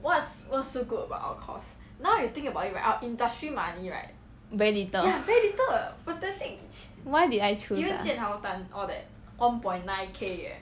what's very little why did I choose ah